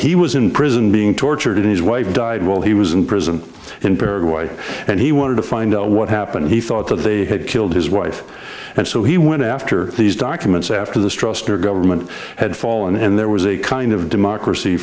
he was in prison being tortured and his wife died while he was in prison in paraguay and he wanted to find out what happened he thought that they had killed his wife and so he went after these documents after the strong government had fallen and there was a kind of democracy